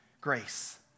grace